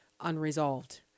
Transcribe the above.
unresolved